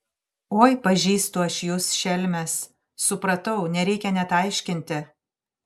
oi pažįstu aš jus šelmes supratau nereikia net aiškinti